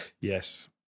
Yes